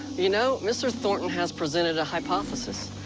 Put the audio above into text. you know, mr. thornton has presented a hypothesis,